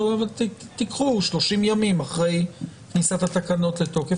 קחו 30ימים אחרי כניסת התקנות לתוקף.